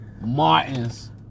Martin's